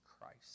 Christ